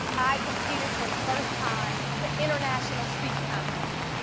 i competed for the first time in the international speech contest.